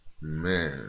Man